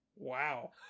Wow